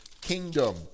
kingdom